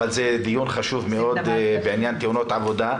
אבל זה דיון חשוב מאוד בעניין תאונות עבודה.